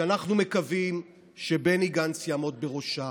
שאנחנו מקווים שבני גנץ יעמוד בראשה,